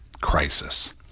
crisis